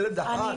ילד אחד היה לי.